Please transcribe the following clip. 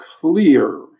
clear